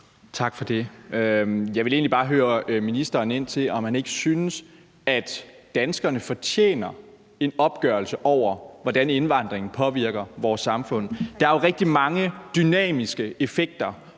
Tak for det. Jeg vil egentlig bare høre ministeren, om han ikke synes, at danskerne fortjener en opgørelse over, hvordan indvandringen påvirker vores samfund. Der er jo rigtig mange dynamiske effekter